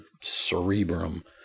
cerebrum